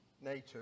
Nature